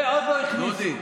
את זה עוד לא הכניסו.